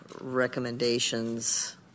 recommendations